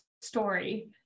story